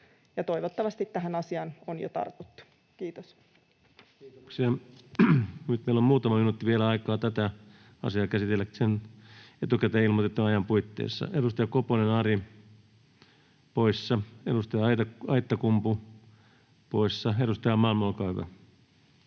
eduskunnalle 2022 Time: 17:11 Content: Kiitoksia. — Nyt meillä on muutama minuutti vielä aikaa tätä asiaa käsitellä sen etukäteen ilmoitetun ajan puitteissa. Edustaja Koponen Ari poissa. Edustaja Aittakumpu poissa. — Edustaja Malm, olkaa hyvä.